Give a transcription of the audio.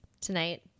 tonight